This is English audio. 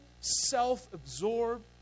self-absorbed